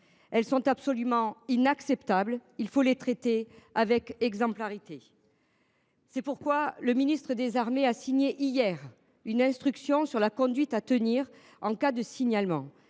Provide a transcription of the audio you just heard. Elles sont absolument inacceptables et il faut les traiter avec exemplarité. C’est pourquoi M. le ministre des armées a signé hier une instruction sur la conduite à tenir en cas de signalement.